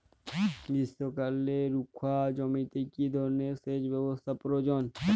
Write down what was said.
গ্রীষ্মকালে রুখা জমিতে কি ধরনের সেচ ব্যবস্থা প্রয়োজন?